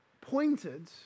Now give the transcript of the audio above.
pointed